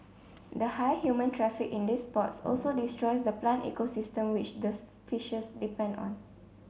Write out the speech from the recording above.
the high human traffic in these spots also destroys the plant ecosystem which this fishes depend on